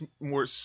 more